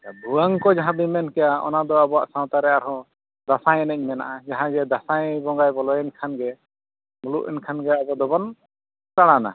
ᱟᱪᱪᱷᱟ ᱵᱷᱩᱣᱟᱹᱝ ᱠᱚ ᱡᱟᱦᱟᱸ ᱵᱤᱱ ᱢᱮᱱ ᱠᱮᱜᱼᱟ ᱚᱱᱟ ᱫᱚ ᱟᱵᱚᱣᱟᱜ ᱥᱟᱶᱛᱟ ᱨᱮ ᱟᱨ ᱦᱚᱸ ᱫᱟᱸᱥᱟᱭ ᱮᱱᱮᱡ ᱢᱮᱱᱟᱜᱼᱟ ᱡᱟᱦᱟᱸ ᱡᱮ ᱫᱟᱸᱥᱟᱭ ᱵᱚᱸᱜᱟᱭ ᱵᱚᱞᱚᱭᱮᱱ ᱠᱷᱟᱱ ᱜᱮ ᱢᱩᱞᱩᱠ ᱮᱱᱠᱷᱟᱱ ᱜᱮ ᱟᱵᱚ ᱫᱚᱵᱚᱱ ᱫᱟᱬᱟᱱᱟ